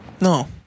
no